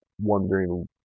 wondering